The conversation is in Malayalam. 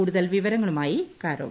കൂടുതൽ വിവരങ്ങളുമായി കാരോൾ